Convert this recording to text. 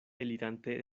elirante